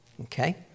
Okay